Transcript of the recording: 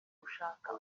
gushaka